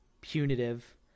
punitive